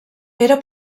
era